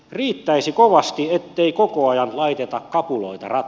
riittäisi kovasti ettei koko ajan laiteta kapuloitara